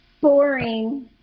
Boring